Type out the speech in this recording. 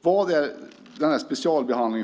Varför ska just båtar ha denna specialbehandling?